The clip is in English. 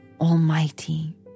Almighty